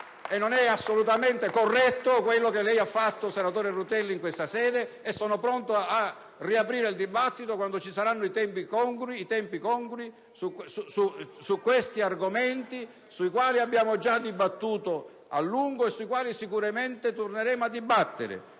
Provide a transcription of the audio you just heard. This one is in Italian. non è assolutamente corretto quello che lei, senatore Rutelli, ha fatto in questa sede e sono pronto a riaprire il dibattito quando saranno stabiliti tempi congrui su questi argomenti, sui quali abbiamo già dibattuto a lungo e sui quali sicuramente torneremo a dibattere.